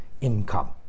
income